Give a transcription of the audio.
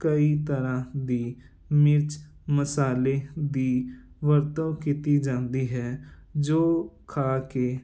ਕਈ ਤਰ੍ਹਾਂ ਦੀ ਮਿਰਚ ਮਸਾਲੇ ਦੀ ਵਰਤੋਂ ਕੀਤੀ ਜਾਂਦੀ ਹੈ ਜੋ ਖਾ ਕੇ